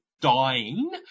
dying